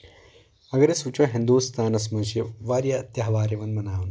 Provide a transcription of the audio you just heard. اَگر أسۍ وٕچھو ہِندُستانَس منٛز چھِ واریاہ تہوار یِوان مناونہٕ